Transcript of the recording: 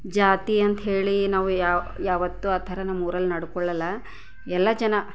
ಜಾತಿ ಅಂಥೇಳಿ ನಾವು ಯಾವ ಯಾವತ್ತೂ ಆ ಥರ ನಮ್ಮ ಊರಲ್ಲಿ ನಡ್ಕೊಳಲ್ಲ ಎಲ್ಲ ಜನ